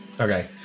Okay